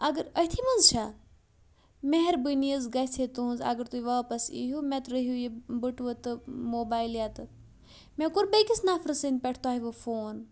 اگر أتھی منٛز چھا مہربٲنی حظ گَژھِ ہے تُہٕنٛز اگر تُہۍ واپَس ای ہِو مےٚ ترٛٲوہِو یہِ بٔٹوٕ تہٕ موبایل یَتَن مےٚ کوٚر بیٚیِکِس نفرٕ سنٛدِ پٮ۪ٹھ تۄہہِ وۄنۍ فون